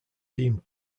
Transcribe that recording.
deemed